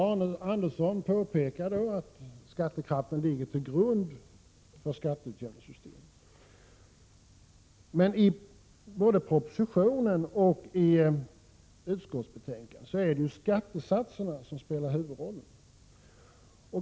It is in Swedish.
Arne Andersson påpekar då att skattekraften ligger till grund för skatteutjämningssystemet. Men i både propositionen och utskottsbetänkandet är det skattesatserna som spelar huvudrollen.